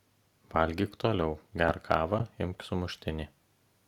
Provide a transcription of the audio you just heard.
valgyk toliau gerk kavą imk sumuštinį